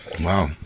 Wow